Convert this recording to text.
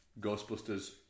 Ghostbusters